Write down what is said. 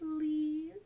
please